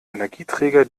energieträger